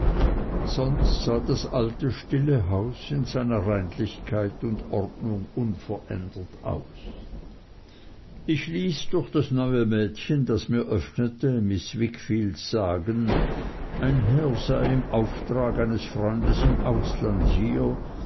sonst sah das stille alte haus in seiner reinlichkeit und ordnung unverändert aus ich ließ durch das neue mädchen das mir öffnete miß wickfield sagen ein herr sei im auftrage eines freundes im ausland hier